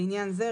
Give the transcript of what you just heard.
לעניין זה,